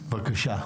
בבקשה.